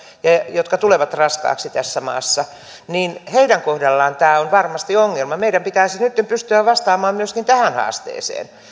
jotka tulevat raskaaksi tässä maassa heidän kohdallaan tämä on varmasti ongelma meidän pitäisi nyt jo pystyä vastaamaan myöskin tähän haasteeseen